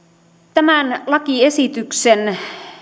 tämän lakiesityksen